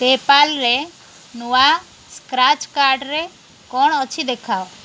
ପେପାଲ୍ରେ ନୂଆ ସ୍କ୍ରାଚ୍ କାର୍ଡ଼ରେ କ'ଣ ଅଛି ଦେଖାଅ